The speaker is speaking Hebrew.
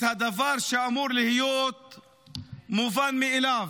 את הדבר שאמור להיות מובן מאליו: